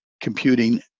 computing